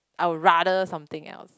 I would rather something else